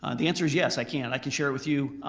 ah the answer is yes, i can, i can share it with you.